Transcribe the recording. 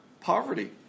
poverty